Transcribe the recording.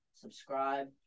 subscribe